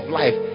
life